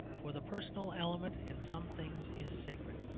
for the personal element in some things is sacred.